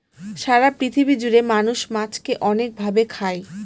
সারা পৃথিবী জুড়ে মানুষ মাছকে অনেক ভাবে খায়